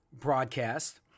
broadcast